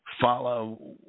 follow